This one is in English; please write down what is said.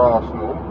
Arsenal